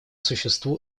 существу